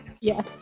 Yes